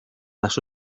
las